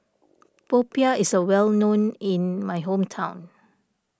Popiah is well known in my hometown